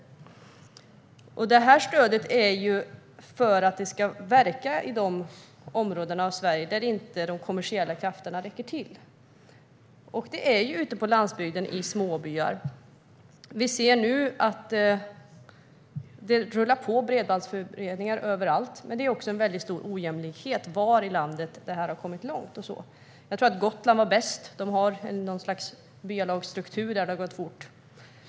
Syftet med stödet är att det ska verka i de områden i Sverige där de kommersiella krafterna inte räcker till, och det är ju ute på landsbygden och i småbyar. Vi ser nu att det rullar på med bredbandsutredningar överallt men att det också finns en stor ojämlikhet när det gäller var i landet detta har kommit långt. Jag tror att Gotland var bäst; där har man något slags byalagsstruktur som har gjort att det har gått fort.